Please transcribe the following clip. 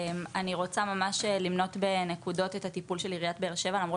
אני רוצה למנות בנקודות את הטיפול של עיריית באר שבע למרות